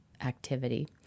activity